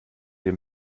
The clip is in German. dem